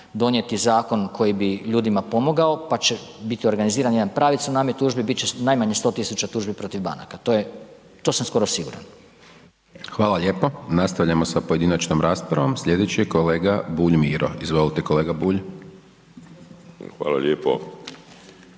donijeti zakon koji bi ljudima pomogao. Pa će biti organiziran jedan pravi cunami tužbi bit će najmanje 100.000 tužbi protiv banaka. To sam skoro siguran. **Hajdaš Dončić, Siniša (SDP)** Hvala lijepo. Nastavljamo sa pojedinačnom raspravom. Slijedeći je kolega Bulj Miro. Izvolite kolega Bulj. **Bulj,